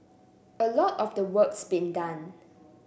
a lot of the work's been done